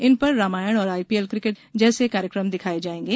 इन पर रामायण और IPL cricket से जैसे कार्यक्रम दिखाए जाएंगे